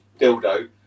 Dildo